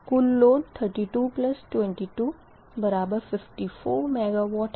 कुल load 322254 MW है